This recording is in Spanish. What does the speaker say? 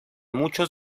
muchos